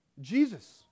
Jesus